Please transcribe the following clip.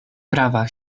prava